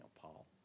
Paul